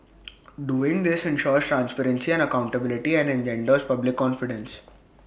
doing this ensures transparency and accountability and engenders public confidence